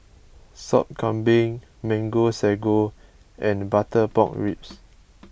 Sop Kambing Mango Sago and Butter Pork Ribs